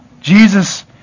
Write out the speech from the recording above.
Jesus